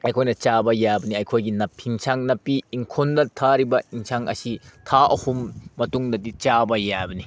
ꯑꯩꯈꯣꯏꯅ ꯆꯥꯕ ꯌꯥꯕꯅꯤ ꯑꯩꯈꯣꯏꯒꯤ ꯑꯦꯟꯖꯥꯡ ꯅꯥꯄꯤ ꯏꯪꯈꯣꯜꯗ ꯊꯥꯔꯤꯕ ꯑꯦꯟꯁꯥꯡ ꯑꯁꯤ ꯊꯥ ꯑꯍꯨꯝ ꯃꯇꯨꯡꯗꯗꯤ ꯆꯥꯕ ꯌꯥꯕꯅꯤ